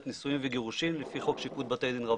נישואים וגירושים לפי חוק שיפוט בתי דין רבניים,